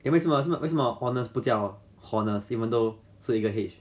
then 为什么为什么 honest 不是叫 hornest eventhough 是一个 h